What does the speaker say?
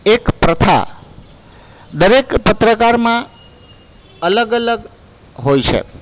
એક પ્રથા દરેક પત્રકારમાં અલગ અલગ હોય છે